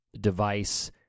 device